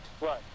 Right